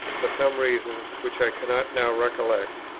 for some reason which i cannot now recollect,